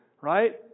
Right